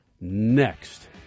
next